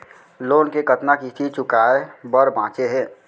Loan के कतना किस्ती चुकाए बर बांचे हे?